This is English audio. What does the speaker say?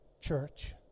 Church